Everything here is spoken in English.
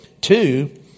two